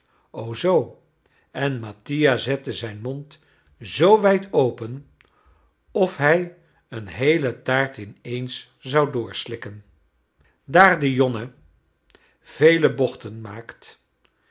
o zoo en mattia zette zijn mond zoo wijd open of hij eene geheele taart ineens zou doorslikken daar de yonne vele bochten maakt